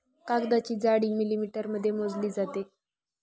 कागदाची जाडी मिलिमीटरमध्ये मोजली जाते